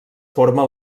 forma